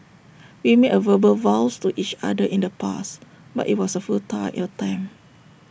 we made verbal vows to each other in the past but IT was A futile attempt